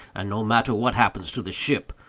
and no matter what happens to the ship.